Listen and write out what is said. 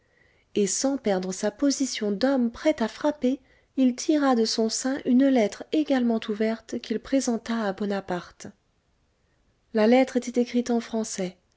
et sans perdre sa position d'homme prêt à frapper il tira de son sein une lettre également ouverte qu'il présente à bonaparte la lettre était écrite en français